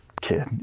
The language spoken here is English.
kid